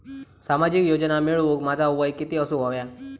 सामाजिक योजना मिळवूक माझा वय किती असूक व्हया?